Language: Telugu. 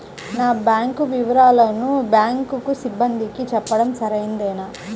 నా బ్యాంకు వివరాలను బ్యాంకు సిబ్బందికి చెప్పడం సరైందేనా?